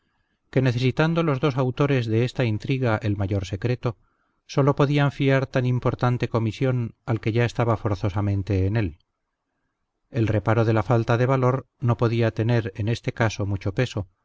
que necesitando los dos autores de esta intriga el mayor secreto sólo podían fiar tan importante comisión al que ya estaba forzosamente en él el reparo de la falta de valor no podía tener en este caso mucho peso